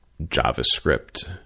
JavaScript